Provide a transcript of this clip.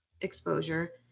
exposure